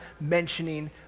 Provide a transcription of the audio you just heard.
mentioning